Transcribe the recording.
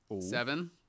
Seven